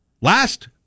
last